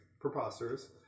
preposterous